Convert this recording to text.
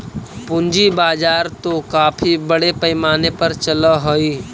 पूंजी बाजार तो काफी बड़े पैमाने पर चलअ हई